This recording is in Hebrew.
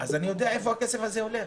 אז אני יודע לאן הכסף הזה הולך.